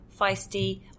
feisty